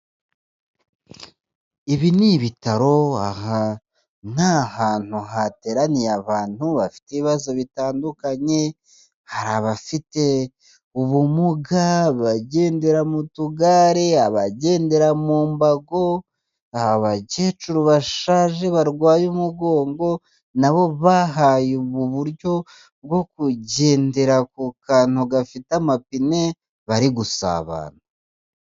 Ibi n'ibitaro aha n'ahantu hateraniye abantu bafite ibibazo bitandukanye, hari abafite ubumuga bagendera mu tugare, abagendera mu mbago, abakecuru bashaje barwaye umugongo na bo bahaye ubu buryo bwo kugendera ku kantu gafite amapine bari gusabana.